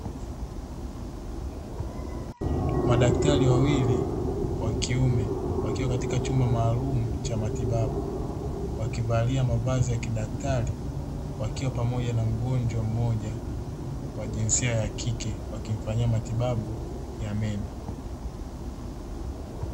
Madaktari wawili wa kiume wakiwa katika chumba maalumu cha matibabu, wakivalia mavazi ya kidaktari wakiwa pamoja na mgonjwa mmoja wa jinsia ya kike, wakimfanyia matibabu ya meno.